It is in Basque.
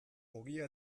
ogia